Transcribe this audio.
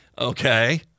okay